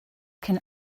can